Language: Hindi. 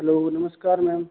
हलो नमस्कार मैम